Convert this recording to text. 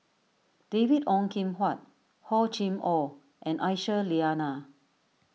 David Ong Kim Huat Hor Chim or and Aisyah Lyana